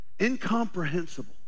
Incomprehensible